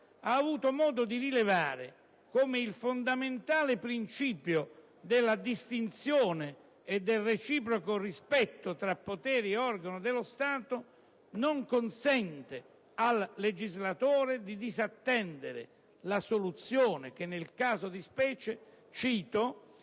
ha avuto modo di rilevare come «il fondamentale principio della distinzione e del reciproco rispetto tra poteri e organi dello Stato non consente al legislatore di disattendere la soluzione che - nel caso di specie -